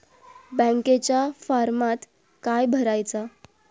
बँकेच्या फारमात काय भरायचा?